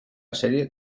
serie